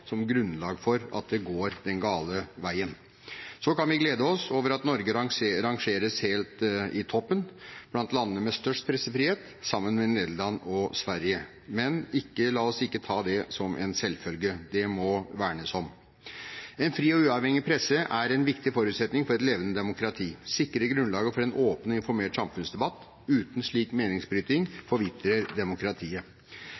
som grunnlag for at det går den gale veien. Vi kan glede oss over at Norge rangeres helt i toppen blant landene med størst pressefrihet, sammen med Nederland og Sverige. Men la oss ikke ta det som en selvfølge, det må vernes om. En fri og uavhengig presse er en viktig forutsetning for et levende demokrati og for å sikre grunnlaget for en åpen og informert samfunnsdebatt – uten en slik meningsbrytning forvitrer demokratiet